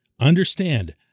Understand